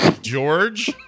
George